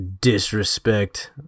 disrespect